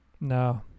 No